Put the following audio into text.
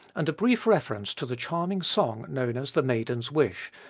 and a brief reference to the charming song known as the maiden's wish,